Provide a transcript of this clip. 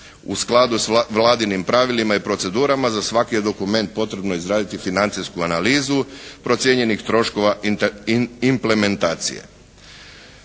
U skladu s vladinim pravilima i procedurama za svaki je dokument potrebno izraditi financijsku analizu procijenjenih troškova implementacije.